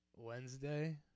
Wednesday